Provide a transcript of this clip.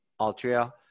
Altria